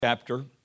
Chapter